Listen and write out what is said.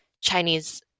Chinese